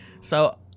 so-